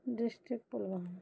district Pulwama